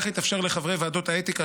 כך יתאפשר לחברי ועדות האתיקה,